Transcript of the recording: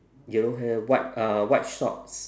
yellow hair white uh white shorts